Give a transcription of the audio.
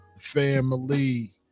family